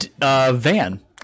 van